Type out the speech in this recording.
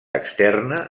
externa